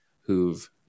who've